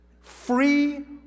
free